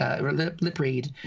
lip-read